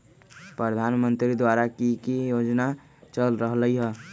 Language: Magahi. प्रधानमंत्री द्वारा की की योजना चल रहलई ह?